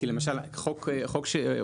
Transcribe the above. כי למשל חוק שירותי תעופה,